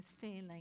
feeling